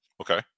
Okay